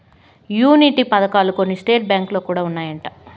annuity పథకాలు కొన్ని state బ్యాంకులో కూడా ఉన్నాయంట